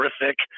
terrific